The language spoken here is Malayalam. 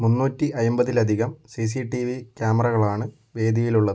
മുന്നൂറ്റി അയിമ്പതിലധികം സിസിടിവി ക്യാമറകളാണ് വേദിയിലുള്ളത്